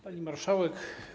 Pani Marszałek!